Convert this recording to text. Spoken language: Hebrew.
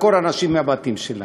לעקור אנשים מהבתים שלהם.